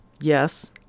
yes